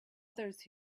others